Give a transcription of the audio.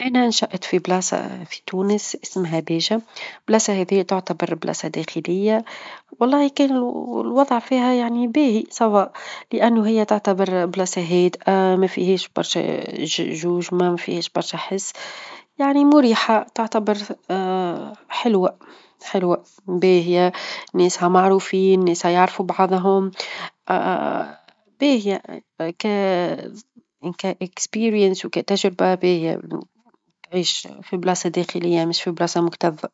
أنا نشأت في بلاصة في تونس اسمها بيجه، بلاصة هذه تعتبر بلاصة داخلية، والله كان الوظع فيها يعني باهي سواء لأنه هي تعتبر بلاصة هادئة ما فيهاش برشا جوج، -ما- ما فيهاش برشا حس، يعني مريحة تعتبر -حلوة-، حلوة، باهية، ناسها معروفين ناسها يعرفوا بعظهم، باهية -وك- وكخبرة، وكتجربة باهية تعيش في بلاصة داخلية، مش في بلاصة مكتظة.